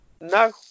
No